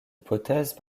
hypothèse